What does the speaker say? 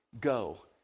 Go